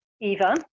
Eva